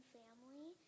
family